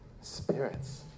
Spirits